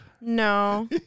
No